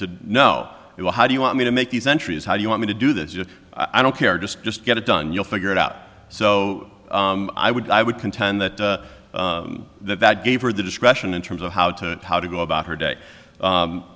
said no you know how do you want me to make these entries how you want me to do this i don't care to just get it done you'll figure it out so i would i would contend that that that gave her the discretion in terms of how to how to go about her day